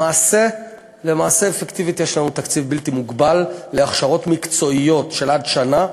למעשה אפקטיבית יש לנו תקציב בלתי מוגבל להכשרות מקצועיות של עד שנה.